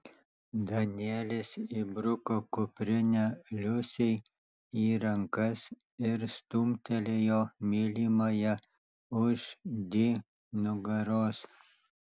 danielis įbruko kuprinę liusei į rankas ir stumtelėjo mylimąją už di nugaros